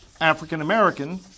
African-American